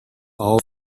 all